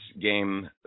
game